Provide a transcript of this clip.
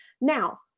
Now